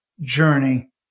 journey